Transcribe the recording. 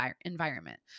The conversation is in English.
environment